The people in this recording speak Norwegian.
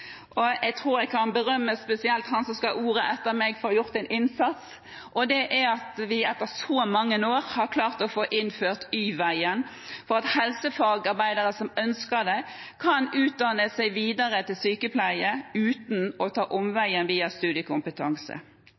og jeg tror jeg kan berømme spesielt han som skal ha ordet etter meg, for å ha gjort en innsats her – at vi etter så mange år har klart å innføre Y-veien, slik at helsefagarbeidere som ønsker det, kan utdanne seg videre til sykepleier uten å måtte ta omveien om studiekompetanse.